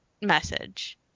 message